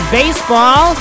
baseball